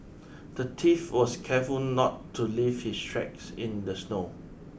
the thief was careful not to leave his tracks in the snow